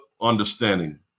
understanding